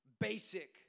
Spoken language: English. basic